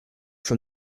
from